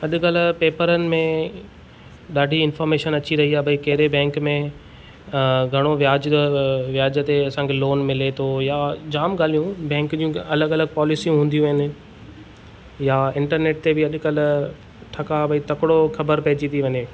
अॼुकल्ह पेपरनि में ॾाढी इन्फोर्मेशन अची रही आहे कहिड़े बैंक में घणो ब्याज़ व्याजु ते असांखे लोन मिले थो या जाम ॻाल्हियूं बैंक जूं अलॻि अलॻि पॉलिसियूं हूंदियूं आहिनि या इंटरनेट ते बि अॼुकल्ह ठका ॿई तकिड़ो ख़बरु पइजी थी वञे